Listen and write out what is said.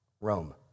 Rome